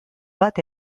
bat